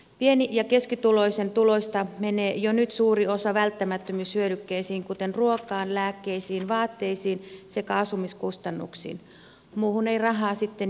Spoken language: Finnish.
pieni ja keskituloisen tuloista menee jo nyt suuri osa välttämättömyyshyödykkeisiin kuten ruokaan lääkkeisiin vaatteisiin sekä asumiskustannuksiin muuhun ei rahaa sitten juuri jääkään